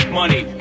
money